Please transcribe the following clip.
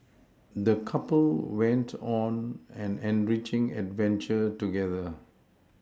the couple went on an enriching adventure together